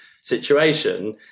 situation